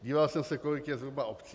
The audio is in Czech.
Díval jsem se, kolik je zhruba obcí.